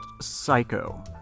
psycho